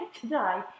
Today